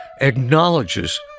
acknowledges